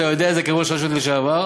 ואתה יודע את זה כראש רשות לשעבר,